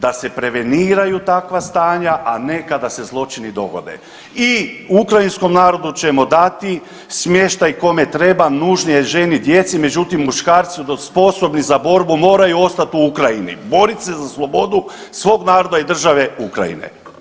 Da se preveniraju takva stanja, a ne kada se zločini dogode i ukrajinskom narodu ćemo dati smještaj kome treba, nužni je ženi i djeci, međutim muškarci sposobni za borbu moraju ostati u Ukrajini, boriti se za slobodu svog naroda i države Ukrajine.